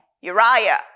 Uriah